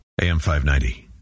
AM590